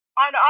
on